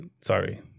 Sorry